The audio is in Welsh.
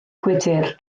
gwydr